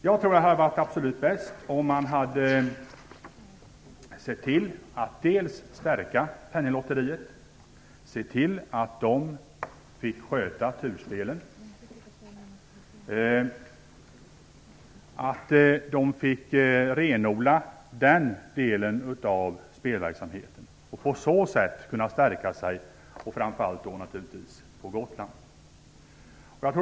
Jag tror att det hade varit absolut bäst om man sett till att stärka Penninglotteriet och sett till att det fått sköta turspelen, renodla den delen av verksamheten och på så sätt kunnat stärka sig, och då framför allt på Gotland.